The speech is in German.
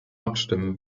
abstimmen